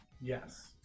Yes